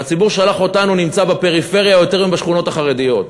והציבור ששלח אותנו נמצא בפריפריה יותר מבשכונות החרדיות.